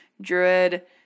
Druid